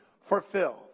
fulfilled